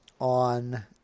on